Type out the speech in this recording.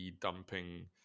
dumping